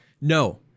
No